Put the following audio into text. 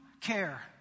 care